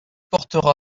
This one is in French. portera